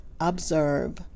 observe